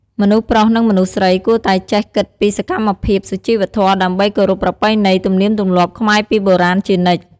មនុស្សប្រុសនិងមនុស្សស្រី គួតែចេះគិតពីសកម្មភាពសុជីវធម៌ ដើម្បីគោរពប្រពៃណី ទំនៀមទម្លាប់ខ្មែរពីបុរាណជានិច្ច។